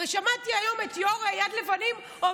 שמעתי היום את יו"ר יד לבנים אומר